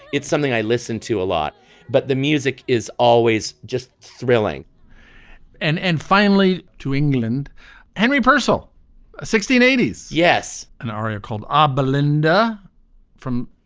it's something i listen to a lot but the music is always just thrilling and and finally to england henry personal sixteen a d. yes. an aria called ah belinda from.